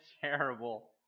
terrible